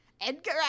Edgar